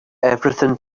everything